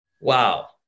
Wow